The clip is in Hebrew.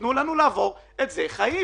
תנו לנו לעבור את זה בחיים,